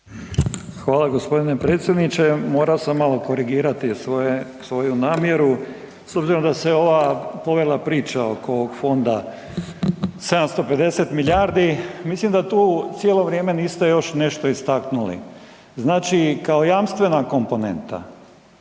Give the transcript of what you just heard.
Hvala g. predsjedniče. Morao sam malo korigirati svoju namjeru, s obzirom da se ova povela priča oko fonda 750 milijardi, mislim da tu cijelo vrijeme niste još nešto istaknuli. Znači kao jamstvena komponenta